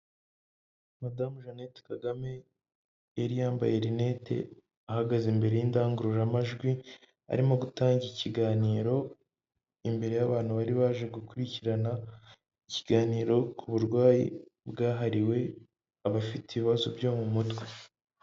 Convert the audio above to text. Madamu Jeannette Kagame, yari yambaye rinete ahagaze imbere y'indangururamajwi, arimo gutanga ikiganiro imbere y'abantu bari baje gukurikirana ikiganiro ku burwayi bwahariwe abafite ibibazo byo mu mutwe.